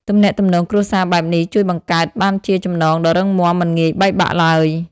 ទំនាក់ទំនងគ្រួសារបែបនេះ ជួយបង្កើតបានជាចំណងដ៏រឹងមាំមិនងាយបែកបាក់ឡើយ។